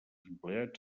empleats